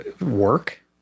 work